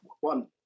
one